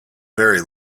very